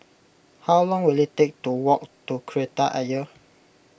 how long will it take to walk to Kreta Ayer